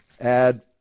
add